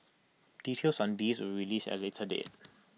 details on this will released at A later date